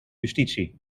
justitie